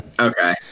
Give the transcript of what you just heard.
Okay